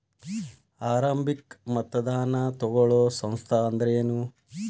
ಆರಂಭಿಕ್ ಮತದಾನಾ ತಗೋಳೋ ಸಂಸ್ಥಾ ಅಂದ್ರೇನು?